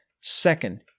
Second